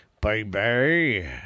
baby